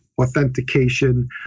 authentication